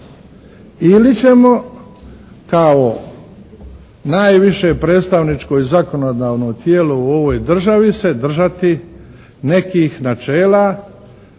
ili ćemo kao najviše predstavničko i zakonodavno tijelo u ovoj državi se držati nekih načela